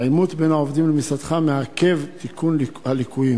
עימות בין העובדים למשרדך מעכב את תיקון הליקויים.